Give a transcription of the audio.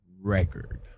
record